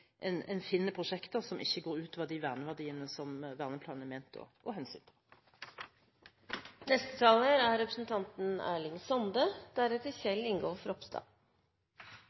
en finner prosjekter som ikke går ut over de verneverdiene som verneplanen er ment å ta hensyn til. Vasskrafta er viktig for Noreg, og eg oppfattar det slik at dette er